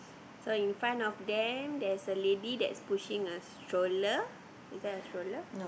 so in front of them there's a lady that's pushing a stroller is that a stroller